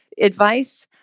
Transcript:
advice